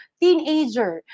teenager